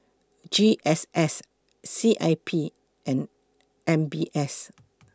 G S S C I P and M B S